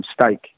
mistake